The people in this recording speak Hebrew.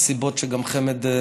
אגב, זו גם אחת הסיבות שחמ"ד מתוקצב.